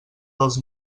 dels